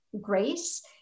grace